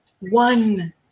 One